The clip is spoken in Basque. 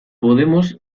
podemos